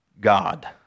God